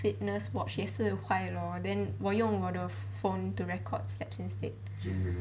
fitness watch 也是坏 lor then 我用我的 phone to records steps instead